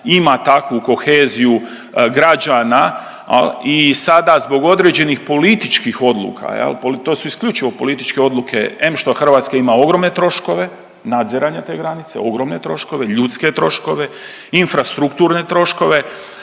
ima takvu koheziju građana i sada zbog određenih političkih odluka, jel' to su isključivo političke odluke em što Hrvatska ima ogromne troškove nadziranja te granice, ogromne troškove, ljudske troškove, infrastrukturne troškove.